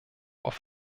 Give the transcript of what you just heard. auf